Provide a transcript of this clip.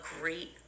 great